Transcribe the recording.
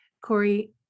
Corey